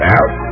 Out